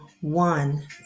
one